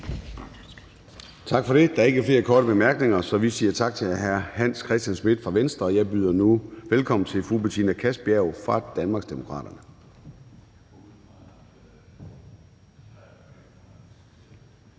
Tak for det. Der er ikke flere korte bemærkninger, så vi siger tak til hr. Hans Christian Schmidt fra Venstre. Jeg byder nu velkommen til fru Betina Kastbjerg fra Danmarksdemokraterne.